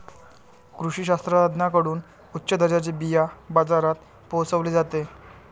कृषी शास्त्रज्ञांकडून उच्च दर्जाचे बिया बाजारात पोहोचवले जाते